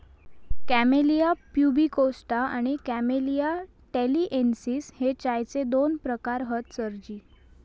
camellia प्यूबिकोस्टा आणि camellia टॅलिएन्सिस हे चायचे दोन प्रकार हत सरजी